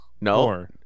No